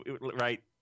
Right